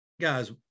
guys